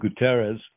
Guterres